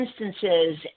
instances